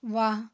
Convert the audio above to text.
ਵਾਹ